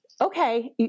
Okay